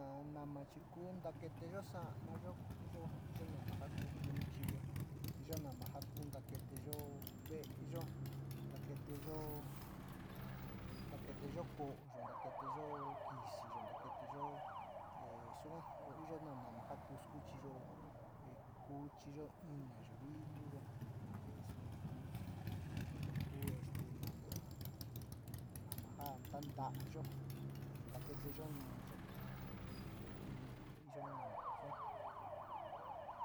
Ha nama chí kuu ndaketé yo'ó xa'an ma'a yo'ó, yo'ó nama njakukuchiyo yo'ó nama jakun ndakete yo'ó vée yo'ó, ndakete yo'o, ndakete yo'ó ko'ó yon ndakete yo'ó ixhiyón ndakete yo'ó xungua ho yo'ó na-nama kux kuchió he kuchiyo ina'a yuu vilu yo'ó hexniku kuu este nama, nama njan tan nda'a yo'ó, en nake yo'ó nuu yo'ó he tinit yo'o nama xo'oan.